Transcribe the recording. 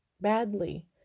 badly